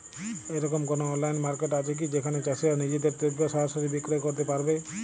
এরকম কোনো online market আছে কি যেখানে চাষীরা নিজেদের দ্রব্য সরাসরি বিক্রয় করতে পারবে?